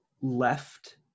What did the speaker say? left